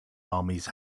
armies